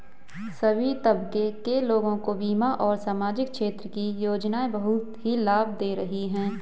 सभी तबके के लोगों को बीमा और सामाजिक क्षेत्र की योजनाएं बहुत ही लाभ दे रही हैं